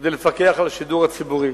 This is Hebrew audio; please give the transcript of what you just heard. כדי לפקח על השידור הציבורי.